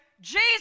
Jesus